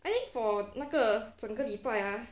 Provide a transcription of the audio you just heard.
I think for 那个整个礼拜 ah